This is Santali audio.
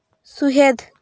ᱥᱩᱦᱮᱫ